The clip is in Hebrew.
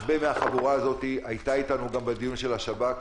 הרבה מהחבורה הזאת היו איתנו גם בדיון של השב"כ,